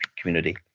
community